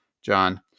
John